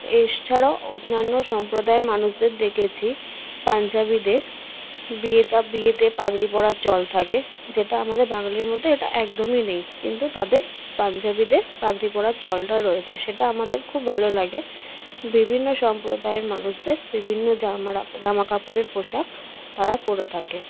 এছাড়াও অন্যান্য সম্প্রদায়ের মানুষদের দেখেছি পাঞ্জাবিদের বিয়েতে পাগড়ি পরার চল থাকে যেটা আমাদের বাঙালির মধ্যে এটা একদমই নেই কিন্তু তাদের পাঞ্জাবিদের পাগড়ি পরার চলটা রয়েছে সেটা আমাদের খুব ভালো লাগে বিভিন্ন সম্প্রদায়ের মানুষদের বিভিন্ন জামা কাপড়ের পোশাক তারা পরে থাকে